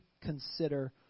consider